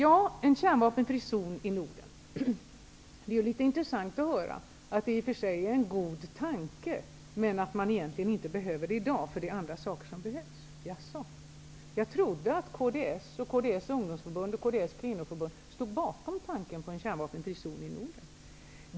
Det är litet intressant att höra att en kärnvapenfri zon i Norden i och för sig är en god tanke men att man egentligen inte behöver den i dag, eftersom andra saker behövs. Jaså! Jag trodde att kds samt dess ungdomsförbund och kvinnoförbund stod bakom tanken på en kärnvapenfri zon i Norden.